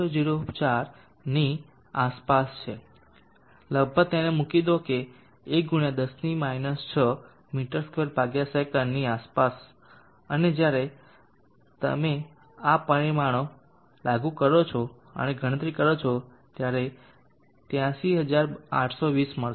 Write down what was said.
0004 ની આસપાસ છે લગભગ તેને મૂકી દો કે 1 × 10 6 મી2 સે ની આસપાસ અને જ્યારે તમે આ પરિણામો લાગુ કરો અને ગણતરી કરો ત્યારે તમને 83820 મળશે